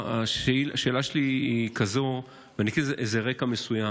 השאלה שלי היא כזאת, ואתן רקע מסוים.